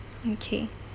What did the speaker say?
okay